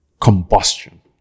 combustion